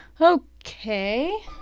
okay